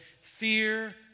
Fear